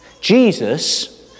Jesus